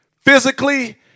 physically